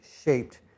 shaped